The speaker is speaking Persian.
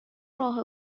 راه